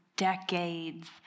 decades